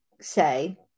say